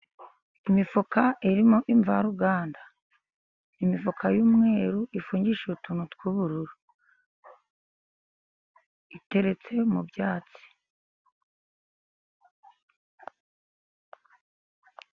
Imifuka irimo imvaruganda. Imifuka y'umweru ifungishije utuntu tw'ubururu，iteretse mu byatsi.